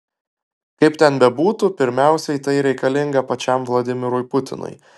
kaip ten bebūtų pirmiausiai tai reikalinga pačiam vladimirui putinui